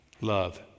love